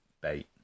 bait